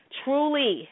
truly